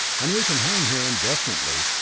and we can hang here indefinitely,